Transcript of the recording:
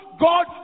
God